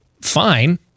Fine